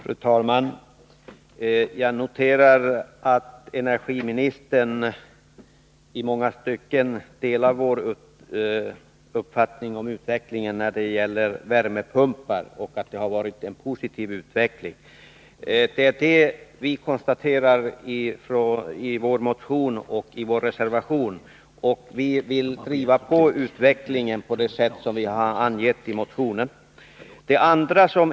Fru talman! Jag noterar att energiministern i många stycken delar vår uppfattning att utvecklingen när det gäller värmepumpar har varit positiv. Det är det som vi konstaterar i vår motion 1104 och vår reservation 41, men vi vill driva på utvecklingen på det sätt som vi har angett i motionen.